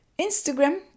Instagram